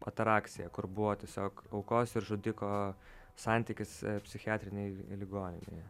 atarakcija kur buvo tiesiog aukos ir žudiko santykis psichiatrinėj ligoninėje